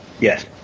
Yes